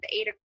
eight